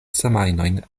semajnojn